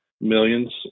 millions